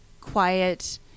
quiet